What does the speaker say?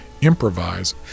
improvise